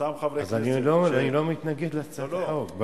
אותם חברי כנסת -- אני לא מתנגד להצעת החוק.